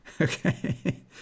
okay